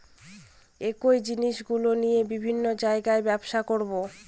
একই জিনিসগুলো নিয়ে বিভিন্ন জায়গায় ব্যবসা করবো